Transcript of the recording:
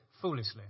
foolishly